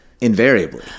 invariably